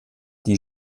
die